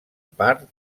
part